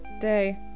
Day